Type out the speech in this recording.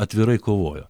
atvirai kovojo